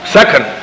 Second